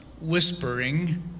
whispering